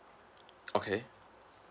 okay